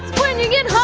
when you get